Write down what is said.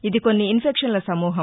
ఇది కొన్ని ఇన్నెక్షన్ల సమూహం